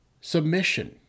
Submission